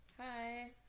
Hi